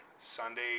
Sunday